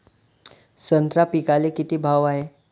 संत्रा पिकाले किती भाव हाये?